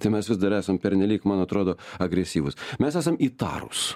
tai mes vis dar esam pernelyg man atrodo agresyvūs mes esam įtarūs